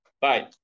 Bye